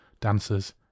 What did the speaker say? Dancers